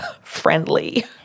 friendly